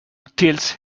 tilts